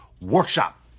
workshop